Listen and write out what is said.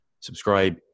subscribe